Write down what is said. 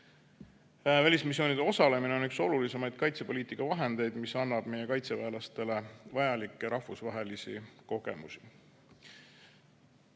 Välismissioonidel osalemine on üks olulisemaid kaitsepoliitika vahendeid, mis annab meie kaitseväelastele vajalikke rahvusvahelisi